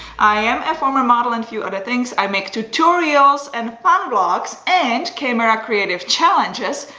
i am a former model and few other things. i make tutorials and fun vlogs and camera creative challenges,